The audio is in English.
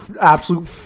absolute